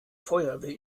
feuerwehr